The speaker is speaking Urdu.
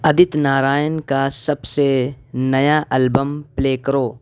ادت ناراین کا سب سے نیا البم پلے کرو